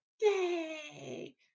Yay